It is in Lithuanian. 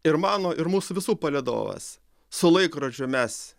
ir mano ir mūsų visų palydovas su laikrodžiu mes